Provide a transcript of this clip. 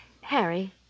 Harry